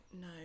no